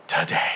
today